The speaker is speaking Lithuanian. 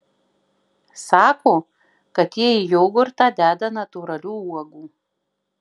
sako kad jie į jogurtą deda natūralių uogų